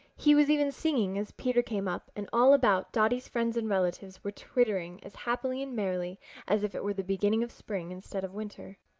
he was even singing as peter came up, and all about dotty's friends and relatives were twittering as happily and merrily as if it were the beginning of spring instead of winter.